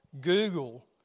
Google